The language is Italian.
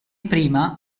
prima